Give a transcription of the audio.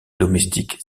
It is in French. domestique